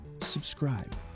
subscribe